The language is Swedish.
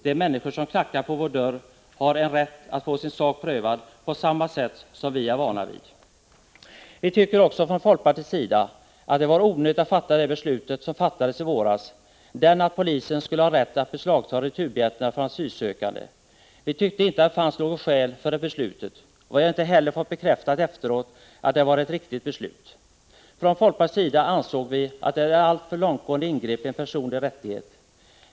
De människor som knackar på vår dörr har rätt att få sin sak prövad på samma vis som vi är vana vid. Vi tyckte från folkpartiets sida att det var onödigt att i våras fatta det beslut som gav polisen rätt att beslagta returbiljetterna från asylsökande. Vi tyckte inte att det fanns några skäl för beslutet, och vi har inte heller fått bekräftat efteråt att det var ett riktigt beslut. Från folkpartiets sida ansåg vi att det var ett alltför långtgående ingrepp i en personlig rättighet.